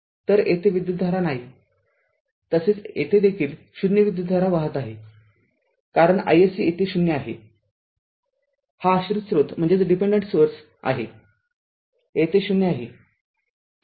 तरयेथे विद्युतधारा नाही तसेच येथे देखील ० विद्युतधारा वाहत आहे कारण iSC येथे ० आहे हा आश्रित श्रोत आहे येथे ० आहे